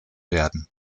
werden